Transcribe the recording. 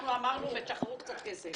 אנחנו אמרנו ותשחררו קצת כסף.